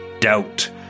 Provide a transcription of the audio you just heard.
doubt